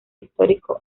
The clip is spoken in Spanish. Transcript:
histórico